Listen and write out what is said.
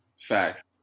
Facts